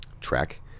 track